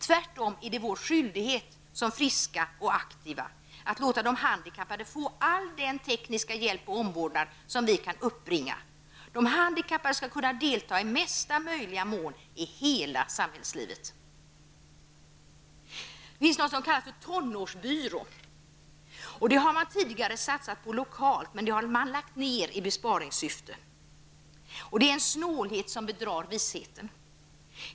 Det är tvärtom vår skyldighet, som friska och aktiva, att låta de handikappade få all den tekniska hjälp och omvårdnad som vi kan uppbringa. De handikappade skall kunna delta i mesta möjliga mån i hela samhällslivet. Det finns tonårsbyråer. Dessa har man tidigare satsat på lokalt, men nu lagt ned i besparingssyfte. Det är en snålhet som bedrar visheten.